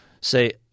say